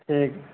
ٹھیک ہے